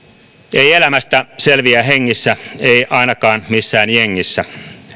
ei elämästä selviä hengissä ei ainakaan missään jengissä